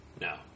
No